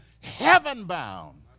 heaven-bound